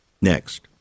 Next